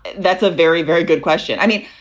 that's a very, very good question. i mean,